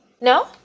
no